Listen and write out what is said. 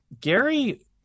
gary